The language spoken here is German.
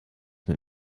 mit